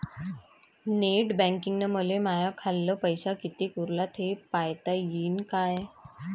Net बँकिंगनं मले माह्या खाल्ल पैसा कितीक उरला थे पायता यीन काय?